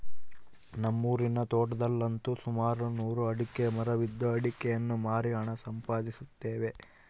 ನಮ್ಮ ಊರಿನ ತೋಟದಲ್ಲಂತು ಸುಮಾರು ನೂರು ಅಡಿಕೆಯ ಮರವಿದ್ದು ಅಡಿಕೆಯನ್ನು ಮಾರಿ ಹಣ ಸಂಪಾದಿಸುತ್ತೇವೆ